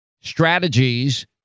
strategies